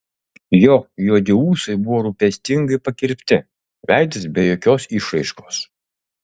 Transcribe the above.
jo juodi ūsai buvo rūpestingai pakirpti veidas be jokios išraiškos